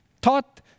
taught